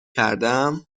کردهام